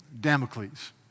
Damocles